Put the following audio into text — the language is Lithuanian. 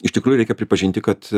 iš tikrųjų reikia pripažinti kad